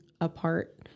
apart